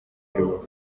rubavu